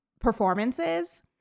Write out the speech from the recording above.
performances